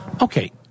Okay